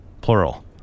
plural